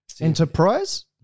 enterprise